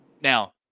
Now